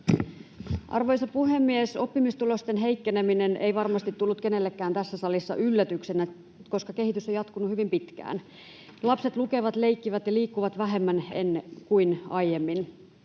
Arvoisa puhemies! Oppimistulosten heikkeneminen ei varmasti tullut kenellekään tässä salissa yllätyksenä, koska kehityshän on jatkunut hyvin pitkään. Lapset lukevat, leikkivät ja liikkuvat vähemmän kuin aiemmin.